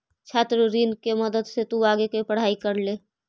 छात्र ऋण के मदद से तु आगे के पढ़ाई कर ले